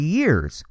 years